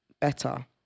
better